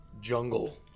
jungle